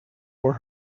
were